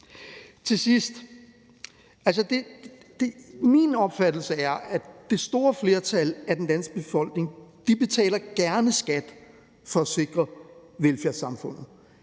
Til sidst: Min opfattelse er, at det store flertal af den danske befolkning gerne betaler skat for at sikre velfærdssamfundet.